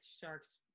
sharks